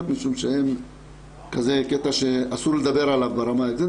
מכיוון שזה קטע שאסור לדבר עליו ברמה האישית,